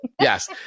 Yes